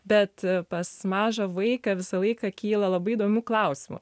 bet pas mažą vaiką visą laiką kyla labai įdomių klausimų